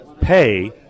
pay